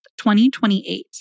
2028